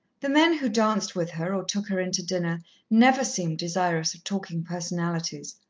the men who danced with her or took her in to dinner never seemed desirous of talking personalities.